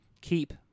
keep